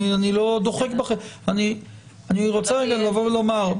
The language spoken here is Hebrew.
אני רוצה לבוא ולומר,